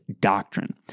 doctrine